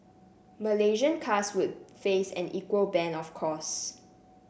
Malaysian cars would face an equal ban of course